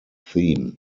theme